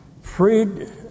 Freed